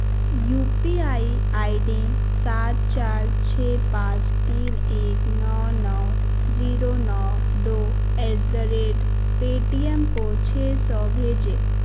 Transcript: you P I I D सात चार छः पाँच तीन एक नौ नौ नो ज़ीरो नौ दो एट द रेट पेटीएम को छः सौ भेजें